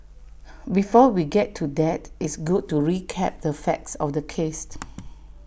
before we get to that it's good to recap the facts of the case